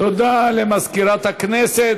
תודה למזכירת הכנסת.